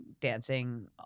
dancing